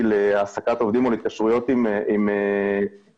להעסקת עובדים מול התקשרויות עם מתמודדים,